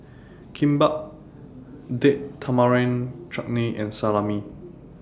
Kimbap Date Tamarind Chutney and Salami